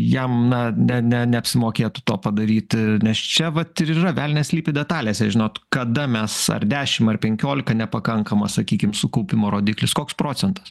jam na ne ne neapsimokėtų to padaryti nes čia vat ir yra velnias slypi detalėse žinot kada mes ar dešim ar penkiolika nepakankamas sakykim sukaupimo rodiklis koks procentas